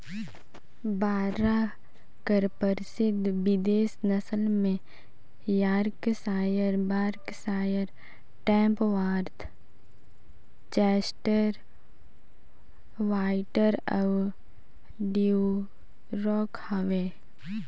बरहा कर परसिद्ध बिदेसी नसल में Yorkshire, Berkshire, Tamworth, Chester White अउ ड्यूरॉक हवे